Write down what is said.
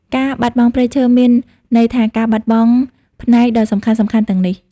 ការបាត់បង់ព្រៃឈើមានន័យថាការបាត់បង់ផ្នែកដ៏សំខាន់ៗទាំងនេះ។